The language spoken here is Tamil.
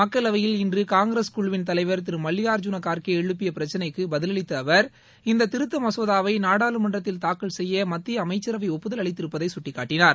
மக்களவையில் இன்று காங்கிரஸ் குழுவின் தலைவர் திரு மல்லிகார்ஜுன கார்கே எழுப்பிய பிரச்சினைக்கு பதிலளித்த அவர் இந்த திருத்த மசோதாவை நாடாளுமன்றத்தில் தாக்கல் செய்ய மத்திய அமை்சசரவை ஒப்புதல் அளித்திருப்பதை சுட்டிக்காட்டினார்